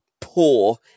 poor